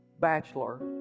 bachelor